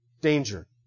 Danger